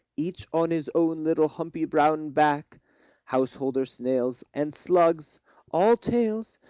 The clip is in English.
each on his own little humpy brown back householder snails, and slugs all tails,